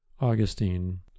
Augustine